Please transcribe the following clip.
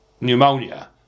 pneumonia